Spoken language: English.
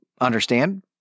understand